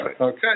Okay